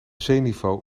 zeeniveau